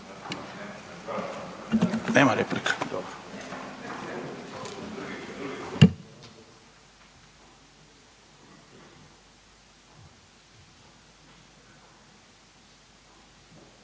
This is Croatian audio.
je to replika